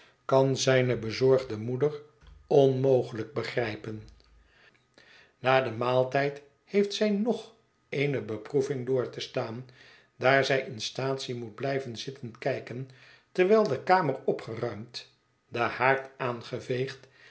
kan zijne bezorgde moeder onmogelijk begrijpen na den maaltijd heeft zij nog eene beproeving door te staan daar zij in staatsie moet blijven zitten kijken terwijl de kamer opgeruimd de haard aangeveegd